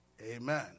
Amen